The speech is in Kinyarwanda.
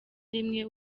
rimwe